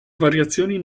variazioni